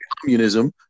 communism